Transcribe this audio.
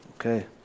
Okay